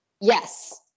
Yes